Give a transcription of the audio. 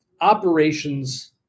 operations